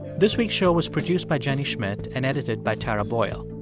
this week's show was produced by jenny schmidt and edited by tara boyle.